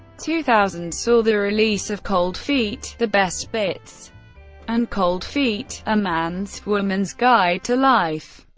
two thousand saw the release of cold feet the best bits and cold feet a man's woman's guide to life.